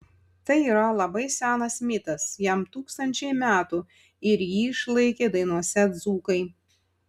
tai yra labai senas mitas jam tūkstančiai metų ir jį išlaikė dainose dzūkai